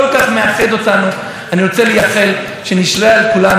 אני רוצה גם להודות לשרה מירי רגב,